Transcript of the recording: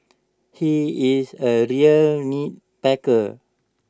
he is A real nitpicker